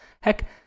Heck